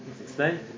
explain